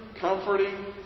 comforting